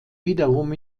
wiederum